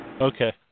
Okay